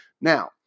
Now